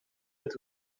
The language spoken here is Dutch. het